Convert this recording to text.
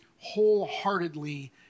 wholeheartedly